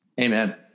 Amen